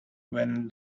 when